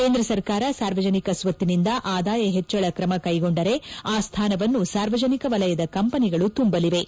ಕೇಂದ್ರ ಸರ್ಕಾರ ಸಾರ್ವಜನಿಕ ಸ್ವತ್ತಿನಿಂದ ಆದಾಯ ಹೆಚ್ಚಳ ಕ್ರಮ ಕೈಗೊಂಡರೆ ಆ ಸ್ಥಾನವನ್ನು ಸಾರ್ವಜನಿಕ ವಲಯದ ಕಂಪನಿಗಳು ತುಂಬಲಿವೆ